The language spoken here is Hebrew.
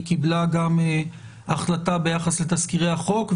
היא קיבלה גם החלטה ביחס לתזכירי החוק?